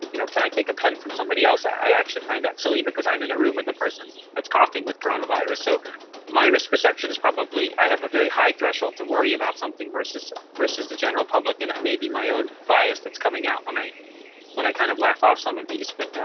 you know, can i take a pen from somebody else, i actually find that silly because i'm in a room with a person that's coughing with coronavirus. so my risk perception is probably i have a very high threshold to worry about something versus versus the general public. and it may be my own bias that's coming out when i when i kind of laugh off some of these. but.